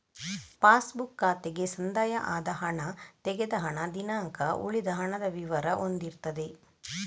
pass book ಖಾತೆಗೆ ಸಂದಾಯ ಆದ ಹಣ, ತೆಗೆದ ಹಣ, ದಿನಾಂಕ, ಉಳಿದ ಹಣದ ವಿವರ ಹೊಂದಿರ್ತದೆ